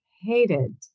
hated